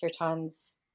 kirtans